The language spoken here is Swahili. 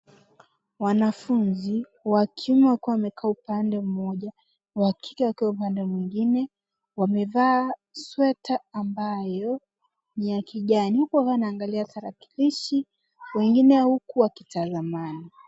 Wanafunzi, wa kiume wakiwa wamekaa upande mmoja wa kike wakiwa upande mwingine, wamevaa sweta ambayo ni ya kijani. Huku wengi wanaangalia tarakilishi wengine huku wakitazamana.